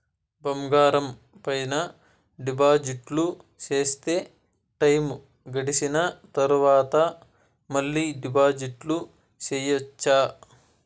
బంగారం పైన డిపాజిట్లు సేస్తే, టైము గడిసిన తరవాత, మళ్ళీ డిపాజిట్లు సెయొచ్చా?